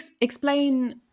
explain